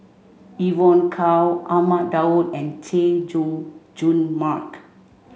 Evon Kow Ahmad Daud and Chay Jung Jun Mark